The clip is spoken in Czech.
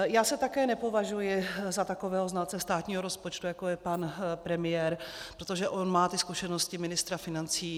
Já se také nepovažuji za takového znalce státního rozpočtu, jako je pan premiér, protože on má ty zkušenosti ministra financí.